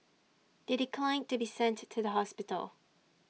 they declined to be sent to the hospital